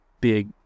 big